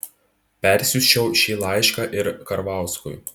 persiųsčiau šį laišką ir karvauskui